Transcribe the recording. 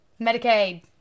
Medicaid